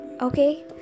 Okay